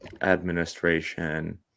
Administration